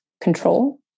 control